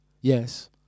yes